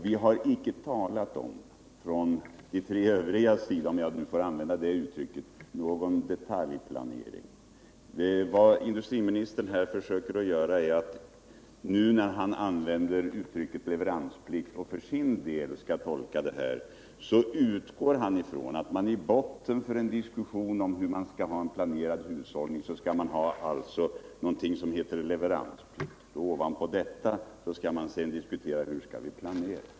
Vi tre övriga — om jag får använda det uttrycket — har inte talat om någon detaljplanering. När industriministern använder uttrycket leveransplikt och för sin del skall tolka det så, utgår han ifrån att man i botten för diskussionen om hur en planerad hushållning bör se ut skall ha någonting som heter leveransplikt och att man sedan måste diskutera hur man skall planera.